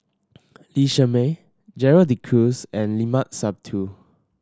Lee Shermay Gerald De Cruz and Limat Sabtu